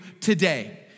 today